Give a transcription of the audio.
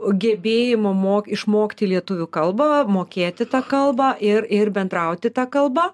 gebėjimo mo išmokti lietuvių kalbą mokėti tą kalbą ir ir bendrauti ta kalba